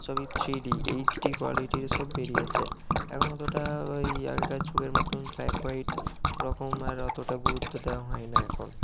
সবই three D HD কোয়ালিটির সব বেরিয়েছে এখন অতটা ওই আগেকার যুগের মতন ব্ল্যাক হোয়াইট রকম আর অতটা গুরুত্ব দেওয়া হয় না এখন